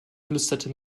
flüsterte